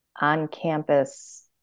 on-campus